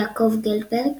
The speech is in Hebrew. יעקב גלברד,